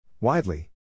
Widely